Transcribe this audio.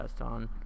on